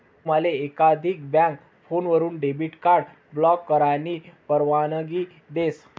तुमले एकाधिक बँक फोनवरीन डेबिट कार्ड ब्लॉक करानी परवानगी देस